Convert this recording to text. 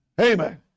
Amen